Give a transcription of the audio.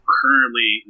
currently